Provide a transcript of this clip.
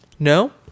No